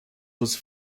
was